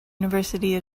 university